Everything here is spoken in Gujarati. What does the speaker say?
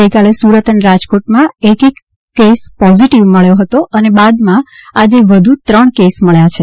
ગઇકાલે સુરત અને રાજકોટમાં એક એક કેસ પોઝીટીવ મળ્યો હતો અને બાદમાં આજે વધુ ત્રણ કેસ મળ્યા છે